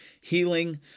healing